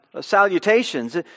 salutations